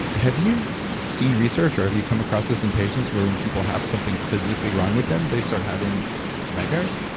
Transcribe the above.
have you seen research, or have you come across this in patients where when people have something physically wrong with them, they start having nightmares?